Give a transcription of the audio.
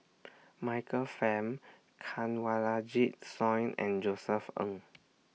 Michael Fam Kanwaljit Soin and Josef Ng